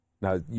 Now